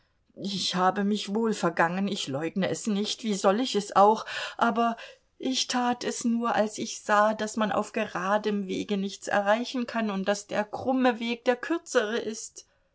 ich habe mich wohl vergangen ich leugne es nicht wie soll ich es auch aber ich tat es nur als ich sah daß man auf geradem wege nichts erreichen kann und daß der krumme weg der kürzere ist